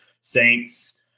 Saints